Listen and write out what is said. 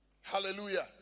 Hallelujah